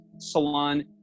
Salon